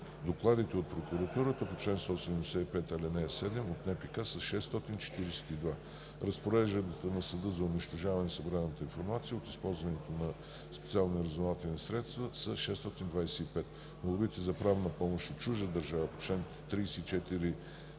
Докладите от прокуратурата по чл. 175, ал. 7 от НПК са 642. Разпорежданията на съда за унищожаване на събраната информация от използването на специални разузнавателни средства са 625. Молбите за правна помощ от чужда държава по чл. 34н,